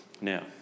Now